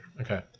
Okay